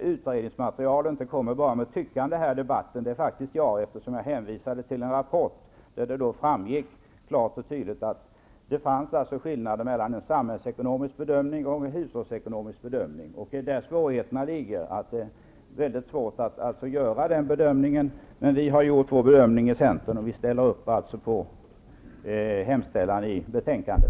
utredningsmaterial och inte bara kommit med tyckande är faktiskt jag, som hänvisade till en rapport där det klart framgår att det finns skillnader mellan en samhällsekonomisk och en hushållsekonomisk bedömning. Det är på den punkten svårigheterna ligger, men vi i centern har gjort vår bedömning och ställer oss bakom utskottsmajoritetens hemställan i betänkandet.